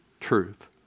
truth